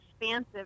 expansive